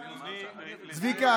צביקה,